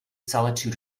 solitude